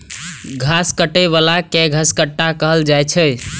घास काटै बला कें घसकट्टा कहल जाइ छै